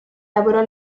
lavorò